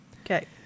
Okay